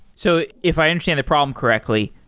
so if i understand the problem correctly,